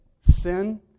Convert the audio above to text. sin